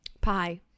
pie